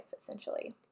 essentially